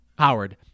Howard